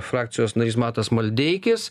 frakcijos narys matas maldeikis